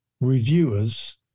reviewers